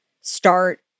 start